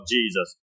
Jesus